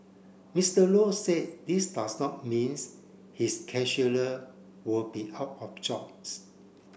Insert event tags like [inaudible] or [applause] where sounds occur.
Mister Low said this does not means his [unintelligible] will be out of jobs